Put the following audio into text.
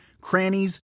crannies